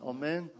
Amen